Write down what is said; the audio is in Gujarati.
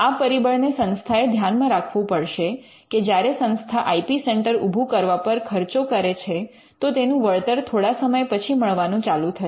આ પરિબળને સંસ્થાએ ધ્યાનમાં રાખવું પડશે કે જ્યારે સંસ્થા આઇ પી સેન્ટર ઉભુ કરવા પર ખર્ચો કરે છે તો તેનું વળતર થોડા સમય પછી મળવાનું ચાલુ થશે